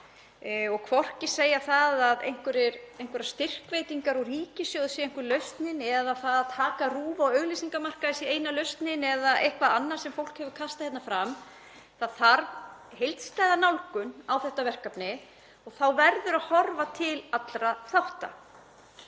og hvorki segja að styrkveitingar úr ríkissjóði séu einhver lausn eða að það að taka RÚV af auglýsingamarkaði sé eina lausnin eða eitthvað annað sem fólk hefur kastað hérna fram. Það þarf heildstæða nálgun á þetta verkefni og þá verður að horfa til allra þátta.